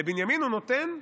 ולבנימין הוא נותן חמש.